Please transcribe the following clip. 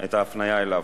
את ההפניה אליו.